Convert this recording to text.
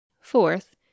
Fourth